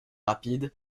rapides